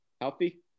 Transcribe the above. healthy